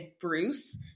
Bruce